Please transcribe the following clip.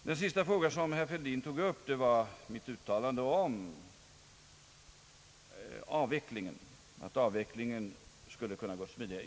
Den sista fråga som herr Fälldin tog upp gällde mitt uttalande om att avvecklingen skulle kunnat gå smidigare.